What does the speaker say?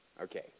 okay